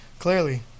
clearly